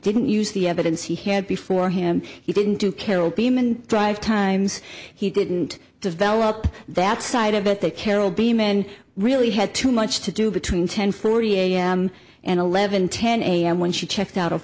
didn't use the evidence he had before him he didn't do carol beeman drive times he didn't develop that side of it that carol beamin really had too much to do between ten forty am and eleven ten am when she checked out of